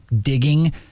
digging